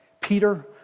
Peter